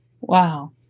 Wow